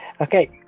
okay